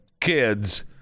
kids